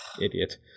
idiot